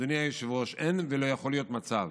אדוני היושב-ראש, אין ולא יכול להיות מצב